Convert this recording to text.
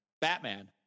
Batman